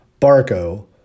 Barco